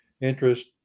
interest